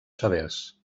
severs